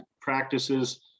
practices